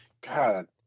God